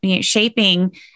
shaping